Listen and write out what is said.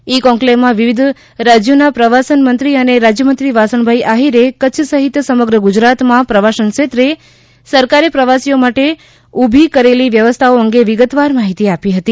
ઇ કોન્કલેવમાં વિવિધ રાજ્યોના પ્રવાસન મંત્રી સાથે રાજ્યમંત્રી વાસણભાઇ આહિરે કચ્છ સહિત સમગ્ર ગુજરાતમાં પ્રવાસન ક્ષેત્રે સરકારે પ્રવાસીઓ માટે ઉભી કરેલી વ્યવસ્થાઓ અંગે વિગતવાર માહિતી આપી હતી